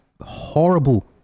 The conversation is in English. horrible